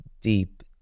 deep